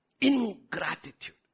Ingratitude